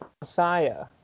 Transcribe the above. Messiah